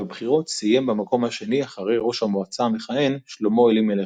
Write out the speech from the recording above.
בבחירות סיים במקום השני אחרי ראש המועצה המכהן שלמה אלימלך.